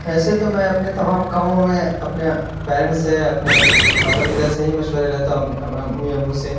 ایسے تو میں اپنے تمام کاموں میں اپنے پیرنٹس سے اپنے ماتا پتا سے ہی مشورہ لیتا ہوں امی ابو سے